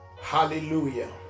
Hallelujah